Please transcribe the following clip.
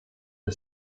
the